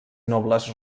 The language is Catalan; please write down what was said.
nobles